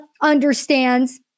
understands